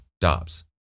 Dobbs